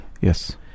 Yes